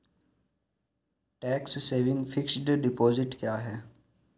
Tax saving fixed deposit क्या है?